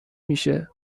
میشه